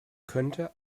könnte